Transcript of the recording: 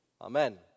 Amen